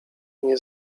nie